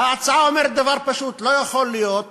וההצעה אומרת דבר פשוט: לא יכול להיות